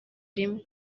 rimwe